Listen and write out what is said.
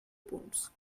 punts